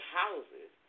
houses